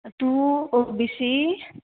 तूं O B C